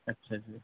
اچھا اچھا